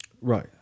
Right